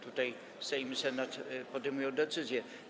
Tutaj Sejm i Senat podejmują decyzję.